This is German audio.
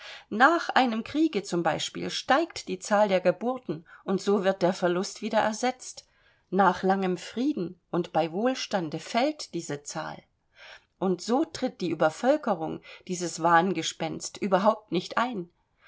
nach einem kriege z b steigt die zahl der geburten und so wird der verlust wieder ersetzt nach langem frieden und bei wohlstande fällt diese zahl und so tritt die übervölkerung dieses wahngespenst überhaupt nicht ein